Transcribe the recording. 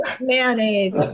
mayonnaise